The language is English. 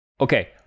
Okay